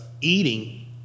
eating